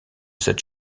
cette